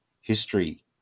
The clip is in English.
history